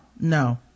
No